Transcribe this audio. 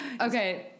Okay